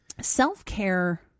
Self-care